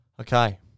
Okay